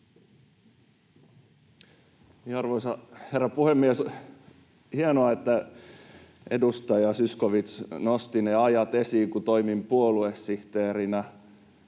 Arvoisa herra puhemies! Hienoa, että edustaja Zyskowicz nosti ne ajat esiin, kun toimin puoluesihteerinä.